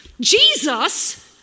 Jesus